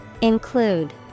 Include